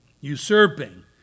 usurping